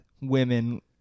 women